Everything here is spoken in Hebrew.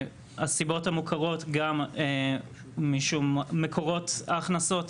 מהסיבות המוכרות גם מקורות ההכנסות,